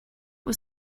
was